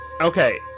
Okay